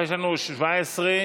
התש"ף 2020,